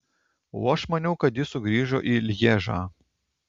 o aš maniau kad jis sugrįžo į lježą